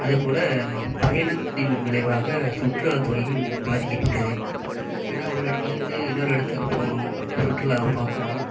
அதேபோல் பயணத்தின் விளைவாக சுற்றுலாத்துறையும் பாதிக்கப்பட்டது ஏன்னா ஒரு இடத்துல இருந்து இன்னொரு இடத்துக்கு போகணும் சுற்றுலாவை பார்க்கணும்